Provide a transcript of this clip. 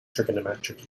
trigonometric